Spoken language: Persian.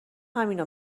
همینو